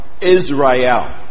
Israel